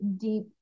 deep